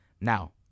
Now